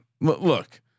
look